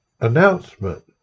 announcement